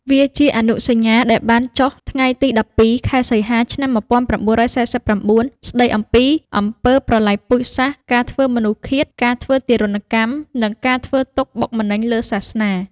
វាជាអនុសញ្ញាដែលបានចុះថ្ងៃទី១២ ខែសីហា ឆ្នាំ១៩៤៩ ស្ដីអំពីអំពើប្រល័យពូជសាសន៍ ការធ្វើមនុស្សឃាត ការធ្វើទារុណកម្ម និងការធ្វើទុក្ខបុកម្នេញលើសាសនា។